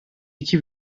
iki